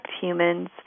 humans